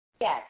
yes